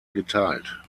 geteilt